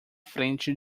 frente